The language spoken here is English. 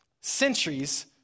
centuries